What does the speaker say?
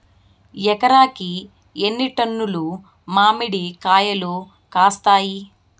ఎకరాకి ఎన్ని టన్నులు మామిడి కాయలు కాస్తాయి?